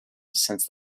since